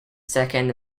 second